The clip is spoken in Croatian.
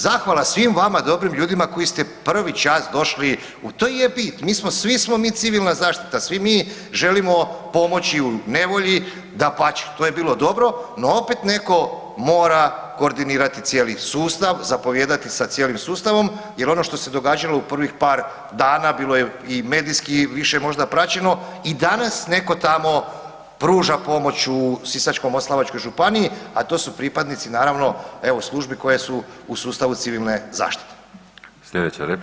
Zahvala svim vama dobrim ljudima koji ste prvi čas došli, to i je bit, svi smo mi civilni zaštita, svi mi želimo pomoći u nevolji, dapače, to je bilo dobro no opet neko mora koordinirati cijeli sustav, zapovijedati sa cijelim sustavom jer ono što se događalo u prvih par dana, bilo je i medijski više možda praćeno, i danas netko tamo pruža pomoć u Sisačko-moslavačkoj županiji a to su pripadnici naravno, evo službe koje su u sustavu civilne zaštite.